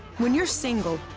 when you're single,